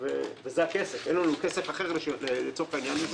וזה הכסף, אין לנו כסף אחר לצורך העניין הזה.